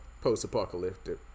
post-apocalyptic